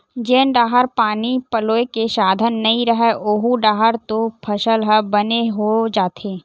जेन गाँव डाहर पानी पलोए के साधन नइय रहय ओऊ डाहर तो फसल ह बने हो जाथे